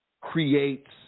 creates